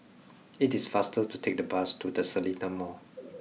it is faster to take the bus to the Seletar Mall